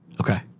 Okay